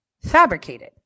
fabricated